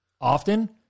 often